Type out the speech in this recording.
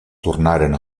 tornaren